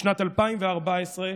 בשנת 2014,